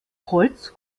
holz